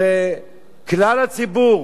זה כלל הציבור,